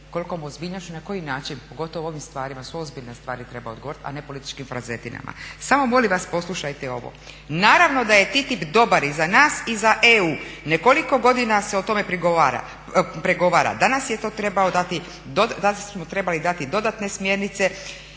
kolikom ozbiljnošću i na koji način pogotovo o ovim stvarima, ovo su ozbiljne stvari treba odgovoriti, a ne političkim frazetinama. Samo molim vas poslušajte ovo. Naravno da je TTIP dobar i za nas i za EU, nekoliko godina se o tome pregovara. Danas je to trebao dati, danas smo